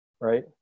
right